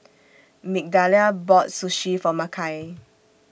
Migdalia bought Sushi For Makai